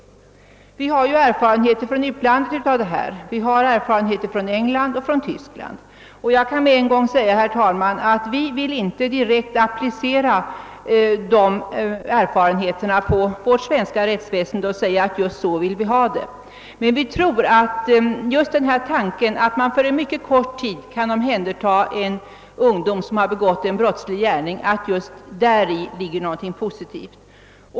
Vi har ju erfarenheter från utlandet av detta, från England och från Tyskland. Jag kan med en gång säga, herr talman, att vi inte vill direkt applicera dessa erfarenheter på vårt svenska rättsväsende eller säga att det är just så vi vill ha det. Men vi tror att det ligger någonting positivt i just denna tanke, att man för en mycket kort tid kan omhänderta ungdom som har begått en brottslig gärning.